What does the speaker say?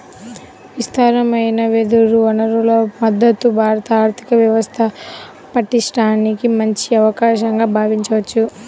విస్తారమైన వెదురు వనరుల మద్ధతు భారత ఆర్థిక వ్యవస్థ పటిష్టానికి మంచి అవకాశంగా భావించవచ్చు